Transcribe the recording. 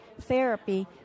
therapy